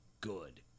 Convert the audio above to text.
good